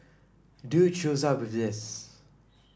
dude shows up with this